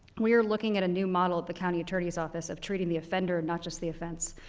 we are looking at a new model at the county attorney's office of treating the offender, not just the offense,